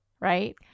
right